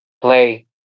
play